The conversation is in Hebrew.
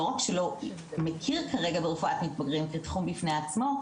לא רק שלא מכיר כרגע ברפואת מתבגרים כתחום בפני עצמו,